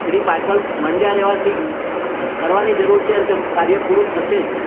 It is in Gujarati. એની પાછળ મંડ્યા રહેવાથી કરવાની જરૂર છે અને તે કાર્ય પૂરું થશે જ